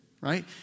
right